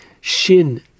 Shin